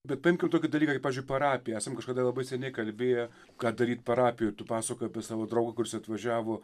bet paimkim tokį dalyką kaip pavyzdžiui parapiją esam kažkada labai seniai kalbėję ką daryt parapijoj tu pasakojai apie savo draugą kuris atvažiavo